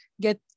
get